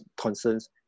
concerns